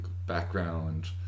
Background